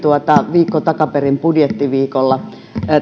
viikko takaperin budjettiviikolla